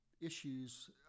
issues